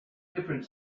different